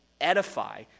edify